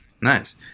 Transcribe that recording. Nice